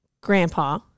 grandpa